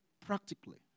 Practically